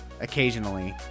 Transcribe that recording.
occasionally